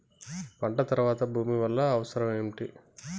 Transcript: పంట తర్వాత భూమి వల్ల అవసరం ఏమిటి?